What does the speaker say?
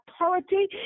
authority